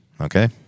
okay